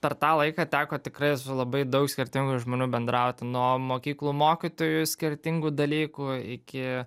per tą laiką teko tikrai su labai daug skirtingų žmonių bendrauti nuo mokyklų mokytojų skirtingų dalykų iki